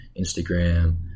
Instagram